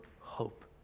hope